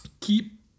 keep